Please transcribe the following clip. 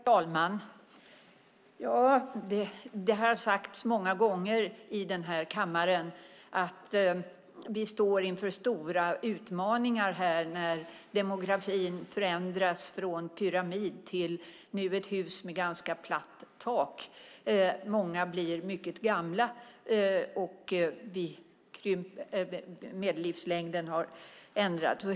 Herr talman! Det har sagts många gånger i denna kammare att vi står inför stora utmaningar när demografin förändras från en pyramid till ett hus med ganska platt tak. Många blir mycket gamla, och medellivslängden har ändrats.